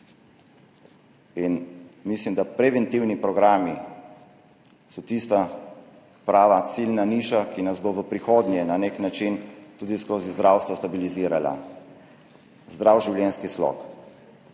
Mislim, da so preventivni programi tista prava ciljna niša, ki nas bo v prihodnje na nek način tudi skozi zdravstvo stabilizirala. Zdrav življenjski slog.